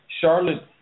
Charlotte